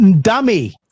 Dummy